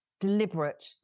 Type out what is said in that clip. deliberate